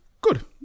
good